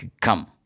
come